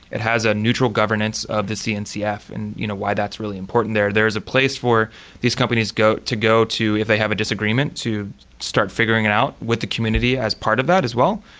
it has a neutral governance of the cncf and you know why that's really important there. there's a place for these companies to go to if they have a disagreement to start figuring it out with the community as part of that as well.